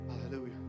Hallelujah